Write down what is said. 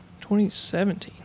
2017